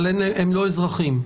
אבל הם לא אזרחים.